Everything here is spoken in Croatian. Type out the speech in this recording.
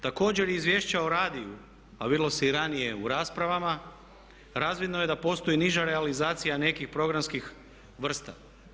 Također izvješća o radiju, a vidjelo se i ranije u raspravama, razvidno je da postoji niža realizacija nekih programskih vrsta.